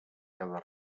cada